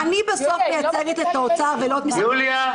אבל אני בסוף מייצגת את האוצר ולא את משרד --- יוליה,